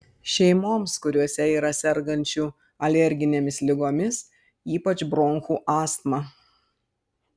šeimoms kuriose yra sergančių alerginėmis ligomis ypač bronchų astma